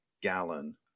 gallon